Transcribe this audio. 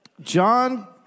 John